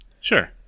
Sure